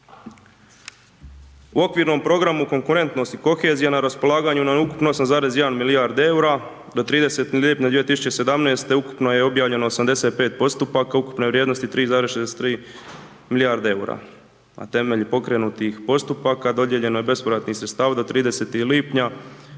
U okvirnom programu konkurentnosti kohezije na raspolaganju nam je ukupno 8,1 milijarda eura do 30. lipnja 2017. ukupno je objavljeno 85 postupaka ukupne vrijednosti 3,63 milijarde eura. A temeljem pokrenutih postupaka dodijeljeno je bespovratnih sredstava do 30. lipnja 1,55